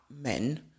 men